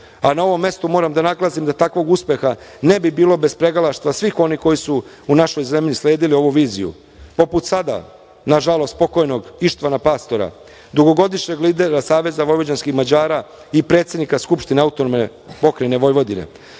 a na ovom mestu moram da naglasim da takvog uspeha ne bi bilo bez pregalaštva svih onih koji su u našoj zemlji sledili ovu viziju, poput sada nažalost pokojnog Ištvana Pastora, dugogodišnjeg lidera SVM i predsednika Skupštine AP Vojvodine. On